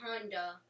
Honda